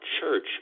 church